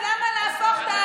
אז למה חוק?